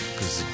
Cause